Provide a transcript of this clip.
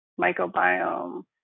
microbiome